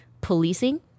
policing